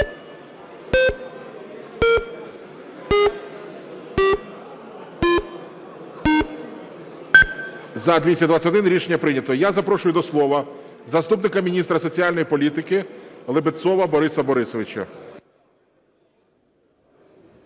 За-221 Рішення прийнято. Я запрошую до слова заступника міністра соціальної політики Лебедцова Бориса Борисовича.